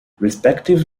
respective